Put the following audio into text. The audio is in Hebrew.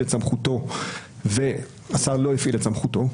את סמכותו והשר לא הפעיל את סמכותו,